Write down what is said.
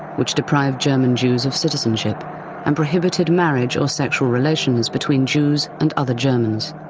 which deprived german jews of citizenship and prohibited marriage or sexual relations between jews and other germans.